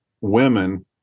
women